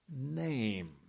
name